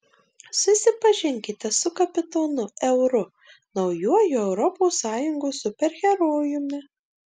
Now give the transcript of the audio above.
susipažinkite su kapitonu euru naujuoju europos sąjungos superherojumi